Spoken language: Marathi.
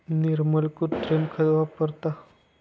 निर्मल कृत्रिम खत वापरतो